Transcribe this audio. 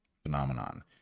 Phenomenon